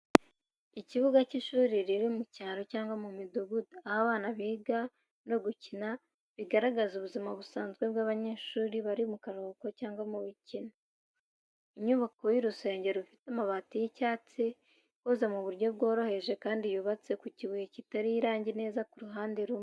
Ikibuga cy’ishuri riri mu cyaro cyangwa mu midugudu, aho abana biga no gukinira, bigaragaza ubuzima busanzwe bw’abanyeshuri bari mu karuhuko cyangwa mu mikino. Inyubako y’urusenge rufite amabati y'icyatsi, ikoze mu buryo bworoheje kandi yubatse ku kibuye kitarimo irangi neza ku ruhande rumwe.